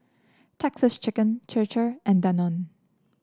Texas Chicken Chir Chir and Danone